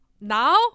Now